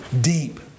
Deep